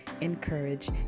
encourage